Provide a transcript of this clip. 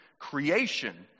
creation